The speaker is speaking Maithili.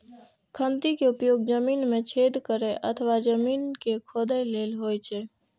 खंती के उपयोग जमीन मे छेद करै अथवा जमीन कें खोधै लेल होइ छै